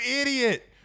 idiot